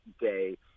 day